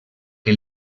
que